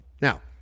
Now